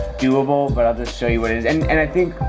doable, but i'll just show you what it is. and and i think,